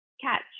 catch